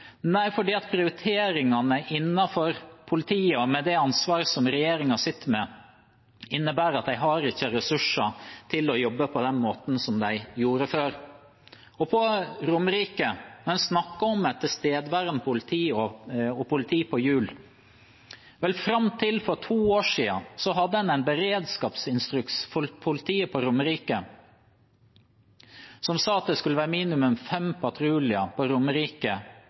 nei, det er fordi prioriteringene innenfor politiet, det ansvaret som regjeringen sitter med, innebærer at de ikke har ressursene til å jobbe på den måten som de gjorde før. På Romerike snakker en om tilstedeværende politi og politi på hjul. Vel, fram til for to år siden hadde politiet på Romerike en beredskapsinstruks som sa det skulle være minimum fem patruljer på Romerike